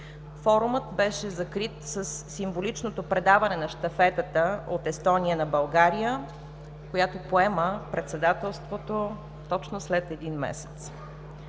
Форумът беше закрит със символичното предаване на щафетата от Естония на България, която поема председателството точно след един месец.